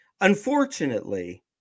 unfortunately